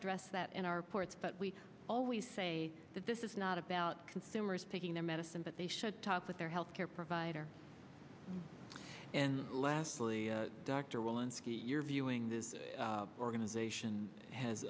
address that in our ports but we always say that this is not about consumers taking their medicine but they should talk with their health care provider and lastly dr whelan you're viewing this organization has